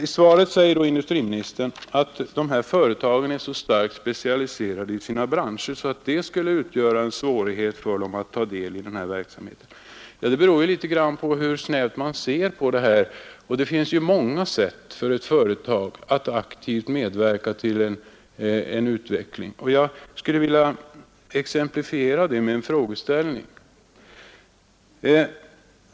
I svaret säger då inrikesministern att företaget är så starkt specialiserat i sin bransch att det skulle bli svårt att ta del i denna verksamhet. Det beror i någon mån på hur snävt man ser på verksamheten. Det finns många sätt för ett företag att aktivt medverka till en utveckling. Jag skulle vilja exemplifiera det med en fråga.